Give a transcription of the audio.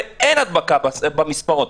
ואין הדבקה במספרות?